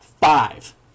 five